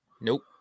Nope